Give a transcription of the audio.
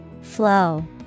Flow